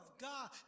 God